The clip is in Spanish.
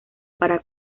para